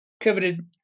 coveted